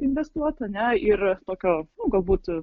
investuot ar ne ir tokio nu galbūt